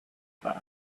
about